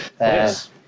Yes